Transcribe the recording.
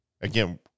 Again